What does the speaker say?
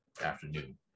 afternoon